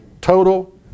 total